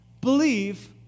believe